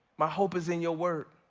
my hope is in your word.